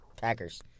Packers